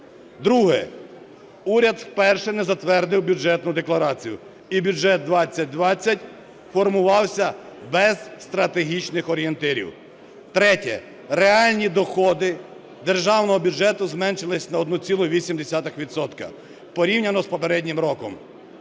Друге. Уряд вперше не затвердив бюджетну декларацію і бюджет 2020 формувався без стратегічних орієнтирів. Третє. Реальні доходи державного бюджету зменшились на 1,8 відсотка порівняно з попереднім роком.